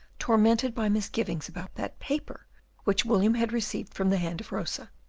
tormented by misgivings about that paper which william had received from the hand of rosa,